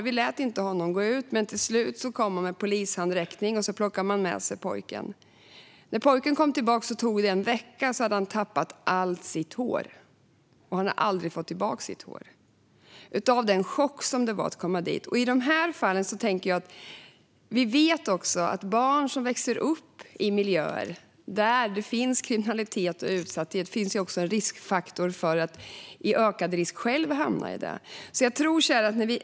Vi lät inte honom gå ut. Men till slut kom man med polishandräckning och tog med sig pojken. När pojken kom tillbaka tog det en vecka och sedan hade han tappat allt hår av chocken. Han har aldrig fått tillbaka håret. Vi vet att för barn som växer upp i miljöer där det finns kriminalitet och utsatthet finns också en riskfaktor för att de själva ska hamna i kriminalitet.